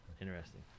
Interesting